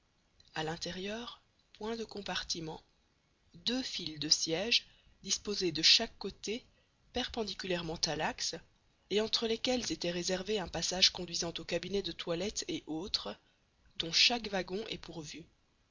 a l'intérieur point de compartiments deux files de sièges disposés de chaque côté perpendiculairement à l'axe et entre lesquels était réservé un passage conduisant aux cabinets de toilette et autres dont chaque wagon est pourvu